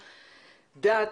דת,